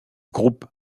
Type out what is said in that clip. groupe